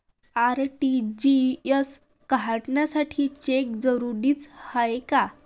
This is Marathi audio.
आर.टी.जी.एस करासाठी चेक जरुरीचा हाय काय?